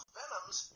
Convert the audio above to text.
venoms